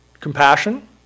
Compassion